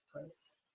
place